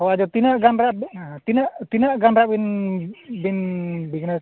ᱦᱳᱭ ᱟᱫᱚ ᱛᱤᱱᱟᱹᱜ ᱜᱟᱱ ᱢᱮᱱᱟᱜ ᱛᱤᱱᱟᱹᱜ ᱛᱤᱱᱟᱹᱜ ᱜᱟᱱ ᱨᱮᱭᱟᱜ ᱵᱤᱱ ᱵᱤᱱ ᱵᱤᱡᱽᱱᱮᱥ